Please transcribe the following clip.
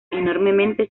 enormemente